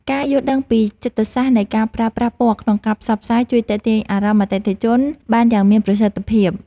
ការយល់ដឹងពីចិត្តសាស្ត្រនៃការប្រើប្រាស់ពណ៌ក្នុងការផ្សព្វផ្សាយជួយទាក់ទាញអារម្មណ៍អតិថិជនបានយ៉ាងមានប្រសិទ្ធភាព។